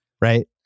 right